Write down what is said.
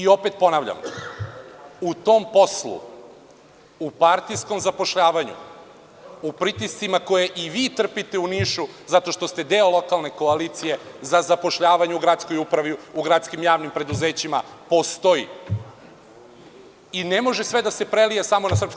Opet ponavljam, u tom poslu, u partijskom zapošljavanju, u pritiscima koje i vi trpite u Nišu, zato što ste deo lokalne koalicije, za zapošljavanje u gradskoj upravu, u gradskim javnim preduzećima postoji i ne može sve da se prelije samo na SNS.